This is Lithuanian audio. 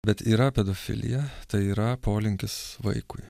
bet yra pedofilija tai yra polinkis vaikui